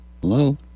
Hello